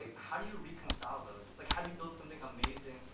ah how do you reconcile those? like how do you build something amazing,